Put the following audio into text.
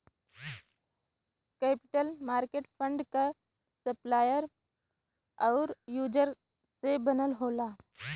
capital market fund क supplier आउर user से बनल होला